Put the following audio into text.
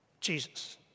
Jesus